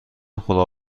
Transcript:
خدا